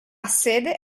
sede